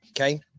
okay